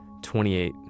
28